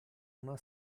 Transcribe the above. una